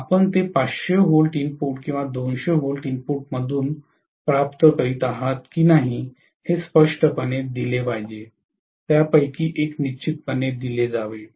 आपण ते 500 volt input किंवा 200 व्होल्ट इनपुटमधून प्राप्त करीत आहात की नाही हे स्पष्टपणे दिले पाहिजे त्यापैकी एक निश्चितपणे दिले जावे